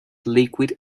liquid